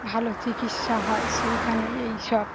ভালো চিকিৎসা হয় সেইখানে এইসব